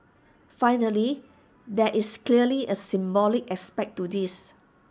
finally there is clearly A symbolic aspect to this